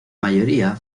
mayoría